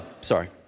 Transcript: sorry